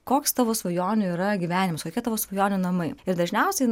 koks tavo svajonių yra gyvenimas kokie tavo svajonių namai ir dažniausiai